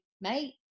mate